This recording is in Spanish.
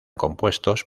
compuestos